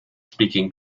speaking